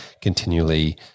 continually